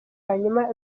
hanyuma